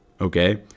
okay